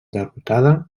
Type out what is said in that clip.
derrotada